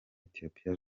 ethiopia